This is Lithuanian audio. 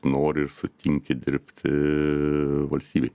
nori ir sutinki dirbti valstybei